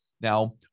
Now